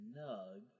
Nug